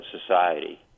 society